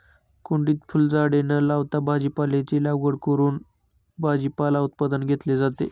कुंडीत फुलझाडे न लावता भाजीपाल्याची लागवड करून भाजीपाला उत्पादन घेतले जाते